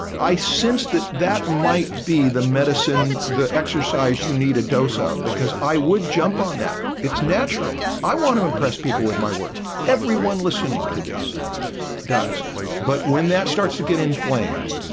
i sense that that might be the medicine the exercise you need a dose of because i would jump on that it's natural i want to impress people with my work everyone listening to this does but when that starts to get inflamed